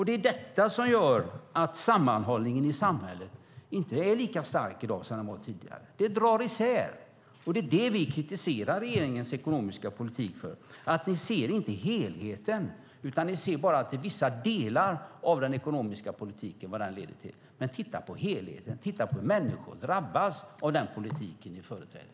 Det är detta som gör att sammanhållningen i samhället inte är lika stark i dag som den var tidigare. Samhället dras isär, och det är det vi kritiserar regeringens ekonomiska politik för - att ni inte ser helheten utan bara ser till vad vissa delar av den ekonomiska politiken leder till. Titta på helheten! Titta på hur människor drabbas av den politik ni företräder!